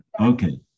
Okay